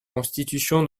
constitution